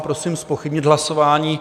Prosím zpochybnit hlasování.